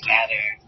Matter